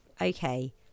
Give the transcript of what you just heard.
Okay